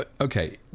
okay